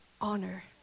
honor